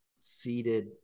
seated